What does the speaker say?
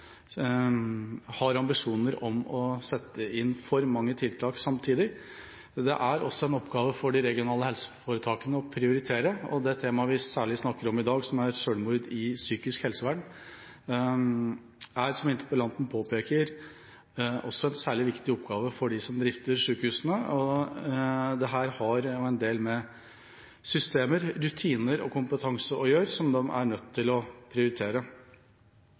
har, og at vi ikke har ambisjoner om å sette inn for mange tiltak samtidig. Det er også en oppgave for de regionale helseforetakene å prioritere. Det temaet vi særlig snakker om i dag, selvmord i psykisk helsevern, er, som interpellanten påpeker, også en særlig viktig oppgave for dem som drifter sykehusene. Dette har en del med systemer, rutiner og kompetanse å gjøre, som de er nødt til å prioritere